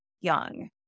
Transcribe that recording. young